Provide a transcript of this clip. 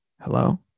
Hello